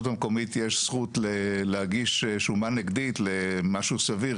המקומית יש זכות להגיש שומה נגדית למשהו סביר,